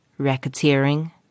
Racketeering